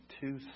two